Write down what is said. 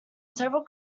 several